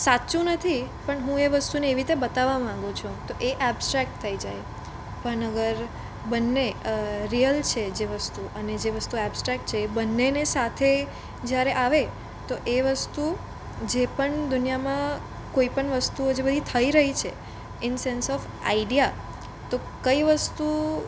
સાચું નથી પણ હું એ વસ્તુને એવી રીતે બતાવવા માગું છું તો એ ઍબ્સ્ટ્રેક્ટ થઈ જાય પણ અગર બંને રિયલ છે જે વસ્તુ અને જે વસ્તુ ઍબ્સ્ટ્રેક્ટ છે એ બંનેને સાથે જ્યારે આવે તો એ વસ્તુ જે પણ દુનિયામાં કોઈપણ વસ્તુઓ જે બધી થઈ રહી છે ઈન સેન્સ ઓફ આઇડીઆ તો કોઈ વસ્તુ